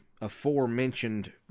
aforementioned